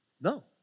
No